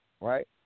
Right